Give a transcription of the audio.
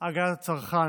הגנת הצרכן.